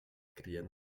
crien